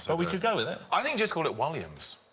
so we could go with it. i think just call it walliams.